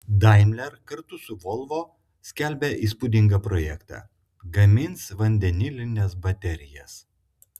daimler kartu su volvo skelbia įspūdingą projektą gamins vandenilines baterijas